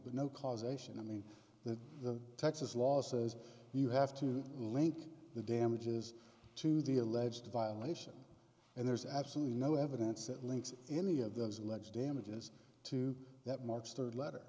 but no causation i mean that the texas law says you have to link the damages to the alleged violation and there's absolutely no evidence that links any of those alleged damages to that march third letter